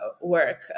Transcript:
work